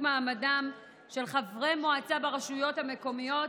מעמדם של חברי מועצה ברשויות המקומיות,